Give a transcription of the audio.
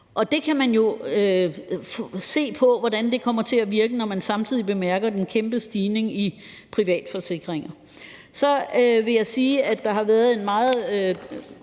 på det. Man kan jo se på, hvordan det kommer til at virke, når man samtidig bemærker den kæmpe stigning i private forsikringer. Så vil jeg sige, at der har været en manglende